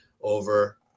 over